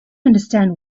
understand